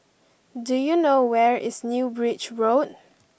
do you know where is New Bridge Road